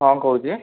ହଁ କହୁଛି